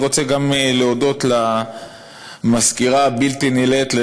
אני רוצה גם להודות למזכירה הבלתי-נלאית,